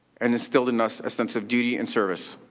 and instilled in us a sense of duty and service.